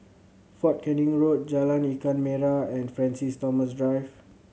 Fort Canning Road Jalan Ikan Merah and Francis Thomas Drive